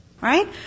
right